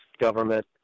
government